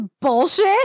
bullshit